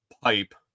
pipe